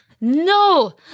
No